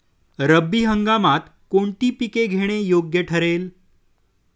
रब्बी हंगामात कोणती पिके घेणे योग्य ठरेल?